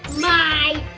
my